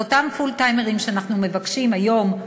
ואותם פול-טיימרים שאנחנו מבקשים להנהיג היום